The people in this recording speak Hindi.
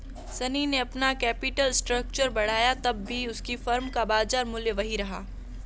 शनी ने अपना कैपिटल स्ट्रक्चर बढ़ाया तब भी उसकी फर्म का बाजार मूल्य वही रहा